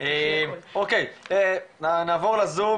אוקי, נעבור לזום.